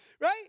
right